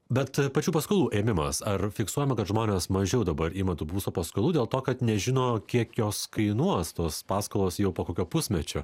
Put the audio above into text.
bet pačių paskolų ėmimas ar fiksuojama kad žmonės mažiau dabar ima tų būsto paskolų dėl to kad nežino kiek jos kainuos tos paskolos jau po kokio pusmečio